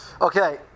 Okay